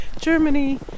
Germany